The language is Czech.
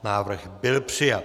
Návrh byl přijat.